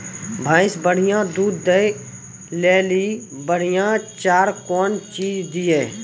भैंस बढ़िया दूध दऽ ले ली बढ़िया चार कौन चीज दिए?